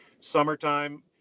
Summertime